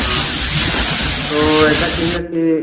हाँ तो ऐसा करिए कि